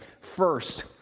First